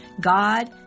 God